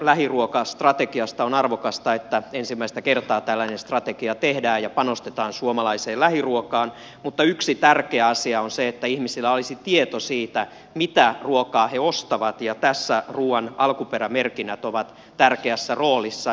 on arvokasta että ensimmäistä kertaa tällainen strategia tehdään ja panostetaan suomalaiseen lähiruokaan mutta yksi tärkeä asia on se että ihmisillä olisi tieto siitä mitä ruokaa he ostavat ja tässä ruuan alkuperämerkinnät ovat tärkeässä roolissa